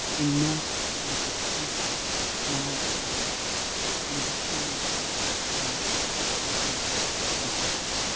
enmeshed like the teeth of small cogs in a machine whose parts are sold separately.